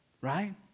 Right